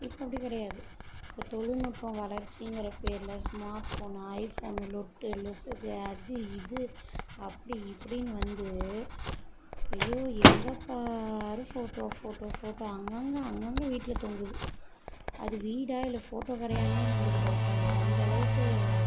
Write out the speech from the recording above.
இப்போ அப்படி கிடையாது இப்ப தொலில்நுட்பம் வளர்ச்சிங்கிற பேர்ல ஸ்மார்ட் ஃபோன் ஐஃபோனு லொட்டு லொசுக்கு அது இது அப்படி இப்படின்னு வந்து ஐயோ எங்கே பார் ஃபோட்டோ ஃபோட்டோ ஃபோட்டோ அங்கங்க அங்கங்க வீட்டில தொங்குது அது வீடாக இல்லை ஃபோட்டோ கடையான்னே நம்மளுக்கு டவுட்டாக இருக்குது அந்தளவுக்கு